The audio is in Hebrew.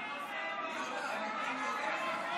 היא באה.